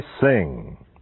sing